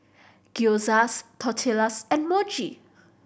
Gyoza Tortillas and Mochi